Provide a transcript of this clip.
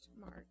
march